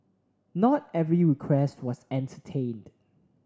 not every request was entertained